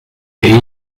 ella